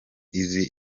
izi